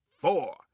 four